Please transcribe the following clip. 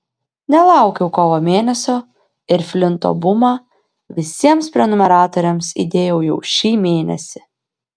nelaukiau kovo mėnesio ir flinto bumą visiems prenumeratoriams įdėjau jau šį mėnesį